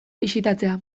bisitatzea